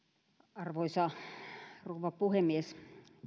arvoisa rouva puhemies